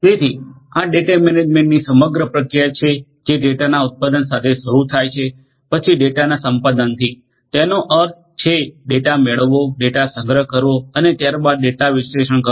તેથી આ ડેટા મેનેજમેન્ટની સમગ્ર પ્રક્રિયા છે જે ડેટાના ઉત્પાદન સાથે શરૂ થાય છે પછી ડેટાના સંપાદનથી તેનો અર્થ છે ડેટા મેળવવો ડેટા સંગ્રહ કરવો અને ત્યારબાદ ડેટા વિશ્લેષણ કરવો